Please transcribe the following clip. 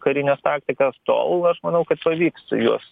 karines taktikas tol aš manau kad pavyks juos